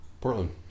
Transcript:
Portland